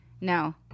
No